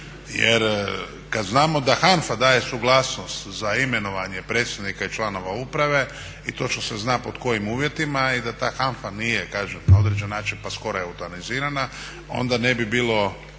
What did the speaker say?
jer kad znamo da HANFA daje suglasnost za imenovanje predsjednika i članova uprave i točno se zna pod kojim uvjetima i da ta HANFA nije na određen način pa skoro eutanizirana, onda ne bi bilo